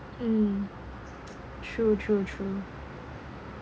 mm true true true